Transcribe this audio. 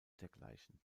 dergleichen